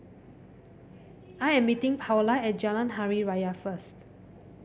I am meeting Paola at Jalan Hari Raya first